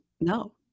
No